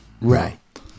Right